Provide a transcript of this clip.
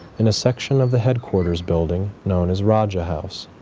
in a section of the headquarters building known as raja house.